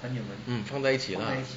放在一起 lah